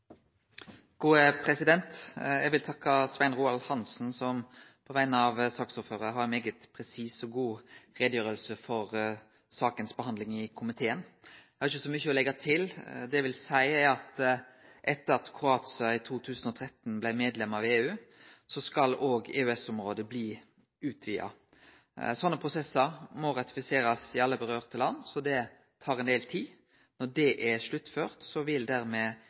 Eg vil takke Svein Roald Hansen, som på vegner av saksordføraren, har ei svært presis og god utgreiing av handsaminga av saka i komiteen. Eg har ikkje så mykje å leggje til, men eg vil seie at etter at Kroatia i 2013 blei medlem av EU, skal òg EØS-området bli utvida. Sånne prosessar må ratifiserast i alle råka land, så det tar ein del tid. Når det er sluttført, vil